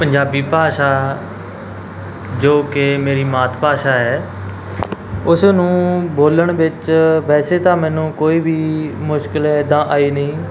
ਪੰਜਾਬੀ ਭਾਸ਼ਾ ਜੋ ਕਿ ਮੇਰੀ ਮਾਤ ਭਾਸ਼ਾ ਹੈ ਉਸ ਨੂੰ ਬੋਲਣ ਵਿੱਚ ਵੈਸੇ ਤਾਂ ਮੈਨੂੰ ਕੋਈ ਵੀ ਮੁਸ਼ਕਿਲ ਇੱਦਾਂ ਆਈ ਨਹੀਂ